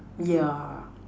yeah